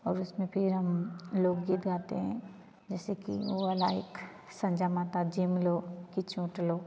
और उसमें फिर हम लोक गीत गाते हैं जैसे कि ओ वाला एक संजा माता जेमलो कि चुंट लो